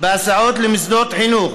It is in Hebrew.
למוסדות חינוך